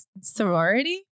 sorority